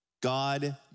God